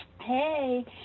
Hey